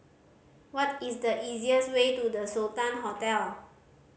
what is the easiest way to The Sultan Hotel